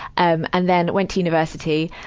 um and then, went to university,